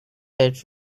that